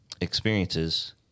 experiences